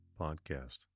podcast